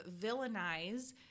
villainize